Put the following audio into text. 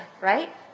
right